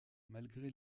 malgré